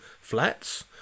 flats